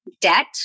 Debt